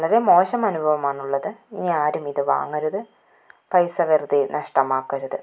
വളരെ മോശം അനുഭവമാണ് ഉള്ളത് ഇനി ആരും ഇത് വാങ്ങരുത് പൈസ വെറുതെ നഷ്ടമാക്കരുത്